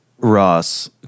Ross